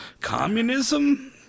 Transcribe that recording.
Communism